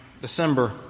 December